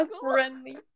friendly